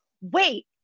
wait